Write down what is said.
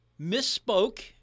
misspoke